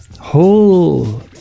whole